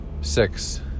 six